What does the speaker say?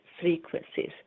frequencies